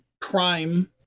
crime